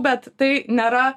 bet tai nėra